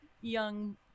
young